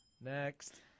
Next